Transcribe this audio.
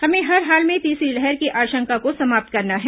हमें हर हाल में तीसरी लहर की आशंका को समाप्त करना है